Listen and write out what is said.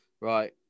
Right